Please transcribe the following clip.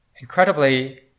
incredibly